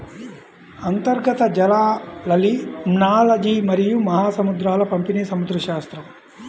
అంతర్గత జలాలలిమ్నాలజీమరియు మహాసముద్రాల పంపిణీసముద్రశాస్త్రం